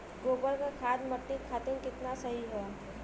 गोबर क खाद्य मट्टी खातिन कितना सही ह?